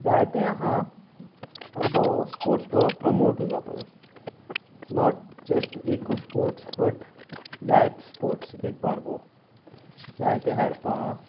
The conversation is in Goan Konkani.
जायते आसा आनी तो स्पोर्ट्स बरो प्रमोट जावपा जो नॉट जस्ट एकू स्पोर्ट्स बट जायत स्पोर्ट्स एक बारबर जायते खेळपाक